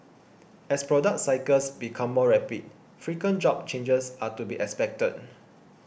as product cycles become more rapid frequent job changes are to be expected